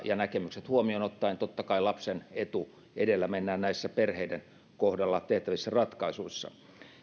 ja näkemykset huomioon ottaen totta kai lapsen etu edellä mennään näissä perheiden kohdalla tehtävissä ratkaisuissa